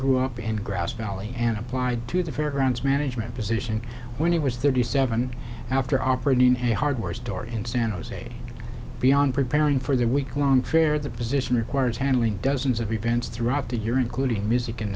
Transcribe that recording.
grew up in grass valley and applied to the fairgrounds management position when he was thirty seven after operating a hardware store in san jose beyond preparing for the week long fair the position requires handling dozens of events throughout the year including music in